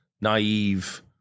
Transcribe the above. naive